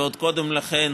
ועוד קודם לכן